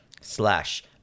slash